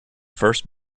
first